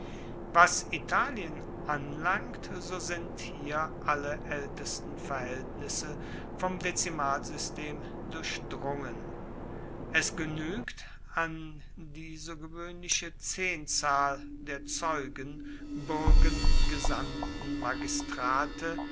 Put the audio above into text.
was italien anlangt so sind hier alle aeltesten verhaeltnisse vom dezimalsystem durchdrungen es genuegt an die so gewoehnliche zehnzahl der zeugen buergen gesandten magistrate